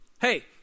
Hey